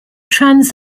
trans